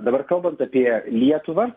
dabar kalbant apie lietuvą